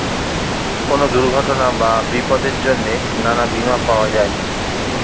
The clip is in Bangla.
কোন দুর্ঘটনা বা বিপদের জন্যে নানা বীমা পাওয়া যায়